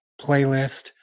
playlist